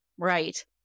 Right